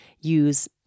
use